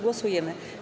Głosujemy.